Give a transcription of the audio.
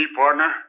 partner